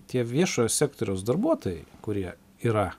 tie viešojo sektoriaus darbuotojai kurie yra